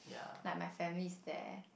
like my family is there